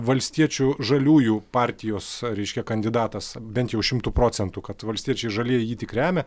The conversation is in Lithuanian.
valstiečių žaliųjų partijos reiškia kandidatas bent jau šimtu procentų kad valstiečiai žalieji jį tik remia